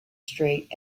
street